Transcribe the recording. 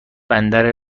بندر